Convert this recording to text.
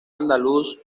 andaluz